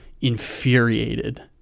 infuriated